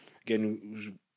again